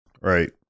Right